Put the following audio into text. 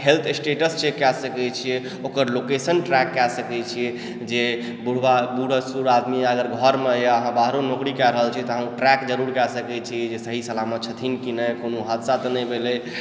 health status check कए सकैत छियै ओकर लोकेशन ट्रैक कए सकैत छियै जे बुढ़वा बुढ़ सुढ़ आदमी अगर घरमे या आ अहाँ बाहरो नोकरी कए रहल छी तऽ अहाँ ट्रैक जरूर कए सकैत छी जे सहि सलामत छथिन कि नहि कोनो हादसा तऽ नहि भेलय